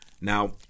now